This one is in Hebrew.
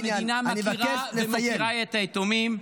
חייבים לזכור שהמדינה מכירה את היתומים,